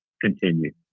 continue